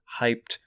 hyped